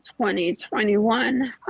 2021